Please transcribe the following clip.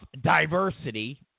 diversity